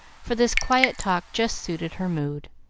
for this quiet talk just suited her mood.